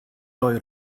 doi